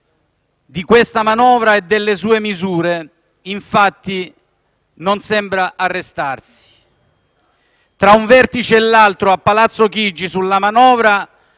di questa manovra e delle sue misure, infatti, non sembra arrestarsi Tra un vertice e l'altro, a Palazzo Chigi, sulla manovra